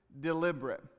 deliberate